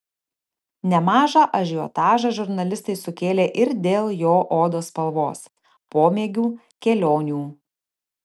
nemažą ažiotažą žurnalistai sukėlė ir dėl jo odos spalvos pomėgių kelionių